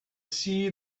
see